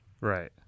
Right